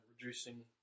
reducing